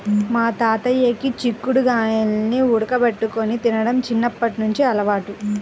మా తాతయ్యకి చిక్కుడు గాయాల్ని ఉడకబెట్టుకొని తినడం చిన్నప్పట్నుంచి అలవాటు